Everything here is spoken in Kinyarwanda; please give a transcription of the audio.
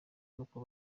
n’uko